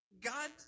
God